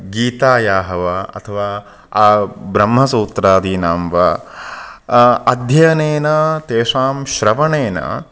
गीतायाः वा अथवा ब्रह्मसूत्रादीनां वा अध्ययनेन तेषां श्रवणेन